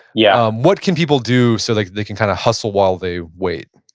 yeah what can people do so like they can kind of hustle while they wait?